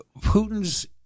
Putin's